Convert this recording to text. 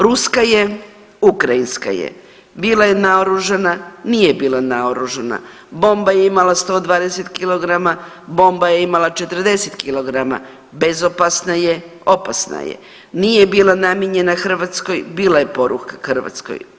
Ruska je, ukrajinska je, bila je naoružana, nije bila naoružana, bomba je imala 120 kg, bomba je imala 40 kg, bezopasna je, opasna je, nije bila namijenjena Hrvatskoj, bila je poruka Hrvatskoj.